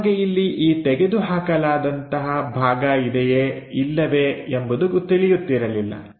ನಮಗೆ ಇಲ್ಲಿ ಈ ತೆಗೆದು ಹಾಕಲಾದಂತಹ ಭಾಗ ಇದೆಯೇ ಇಲ್ಲವೇ ಎಂಬುದು ತಿಳಿಯುತ್ತಿರಲಿಲ್ಲ